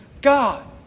God